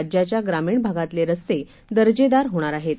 राज्याच्याग्रामीणभागातलेरस्तेदर्जेदारहोणारआहेत